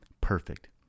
perfect